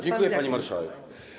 Dziękuję, pani marszałek.